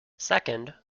second